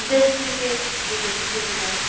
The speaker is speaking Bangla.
দেশ থেকে বিদেশে চলে যায়